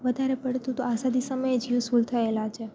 વધારે પડતું આઝાદી સમયે જ યુસફૂલ થયેલાં છે